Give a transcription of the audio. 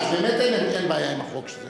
אז באמת אין בעיה עם החוק הזה.